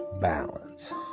balance